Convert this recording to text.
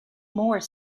more